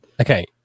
Okay